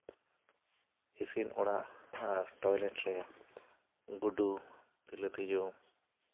ᱤᱥᱤᱱ ᱚᱲᱟᱜ ᱟᱨ ᱴᱚᱭᱞᱮᱴ ᱨᱮ ᱜᱩᱰᱩ ᱛᱤᱞᱟᱹ ᱛᱤᱡᱩ